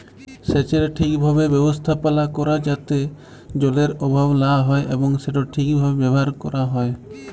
সেচের ঠিকভাবে ব্যবস্থাপালা ক্যরা যাতে জলের অভাব লা হ্যয় এবং সেট ঠিকভাবে ব্যাভার ক্যরা হ্যয়